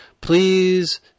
please